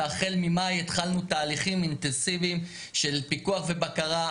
והחל ממאי התחלנו תהליכים אינטנסיביים של פיקוח ובקרה,